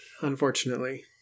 Unfortunately